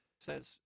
says